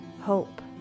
hope